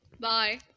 bye